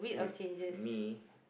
if me